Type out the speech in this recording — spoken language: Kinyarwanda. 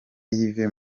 yves